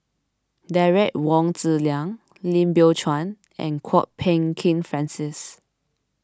Derek Wong Zi Liang Lim Biow Chuan and Kwok Peng Kin Francis